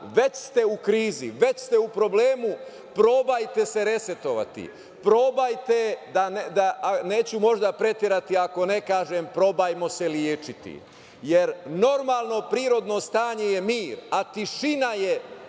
već ste u krizi, već ste u problemu. Probajte se resetovati. Probajte, neću možda preterati ako ne kažem, probajmo se „lečiti“, jer normalno prirodno stanje je mir, a tišina je